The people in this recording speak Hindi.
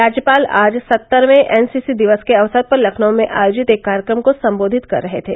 राज्यपाल आज सत्तरवें एनसीसी दिवस के अवसर पर लखनऊ में आयोजित एक कार्यक्रम को सम्वोधित कर रहे थे